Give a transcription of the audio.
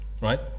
Right